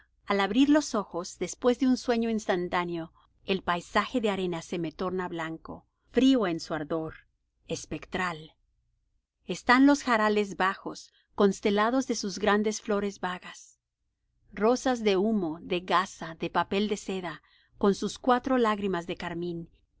al abrir los ojos después de un sueño instantáneo el paisaje de arena se me torna blanco frío en su ardor espectral están los jarales bajos constelados de sus grandes flores vagas rosas de humo de gasa de papel de seda con sus cuatro lágrimas de carmín